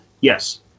Yes